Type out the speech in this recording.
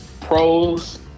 pros